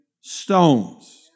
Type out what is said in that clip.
stones